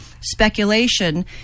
speculation